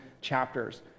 chapters